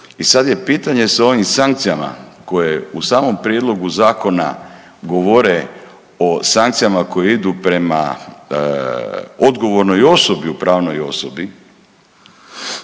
I sad je pitanje sa ovim sankcijama koje u samom prijedlogu zakona govore o sankcijama koje idu prema odgovornoj osobi u pravnoj osobi,